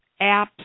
apps